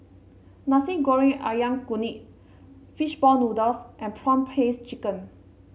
Nasi Goreng ayam Kunyit fish ball noodles and prawn paste chicken